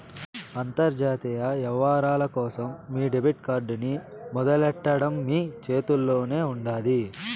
అంతర్జాతీయ యవ్వారాల కోసం మీ డెబిట్ కార్డ్ ని మొదలెట్టడం మీ చేతుల్లోనే ఉండాది